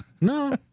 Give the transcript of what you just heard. No